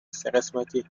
سهقسمتی